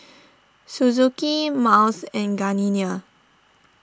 Suzuki Miles and Gardenia